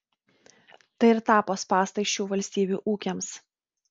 tai ir tapo spąstais šių valstybių ūkiams